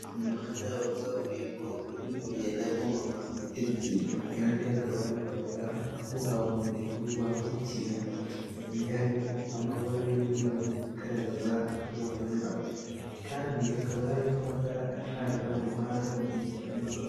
Umuhanda wa kaburimbo uri kugendamo moto ebyiri kandi hakaba ha aho abanyamaguru bambukira hagiye harimo amabara y'umweru agaragaza aho banyura kandi hakaba hari n'amatara acanira umuhanda mu gihe cya nijoro.